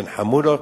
בין חמולות,